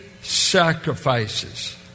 sacrifices